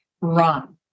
run